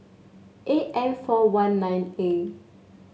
eight M four one nine A